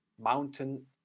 mountain